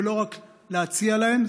ולא רק להציע להן?